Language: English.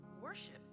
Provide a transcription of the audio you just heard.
worship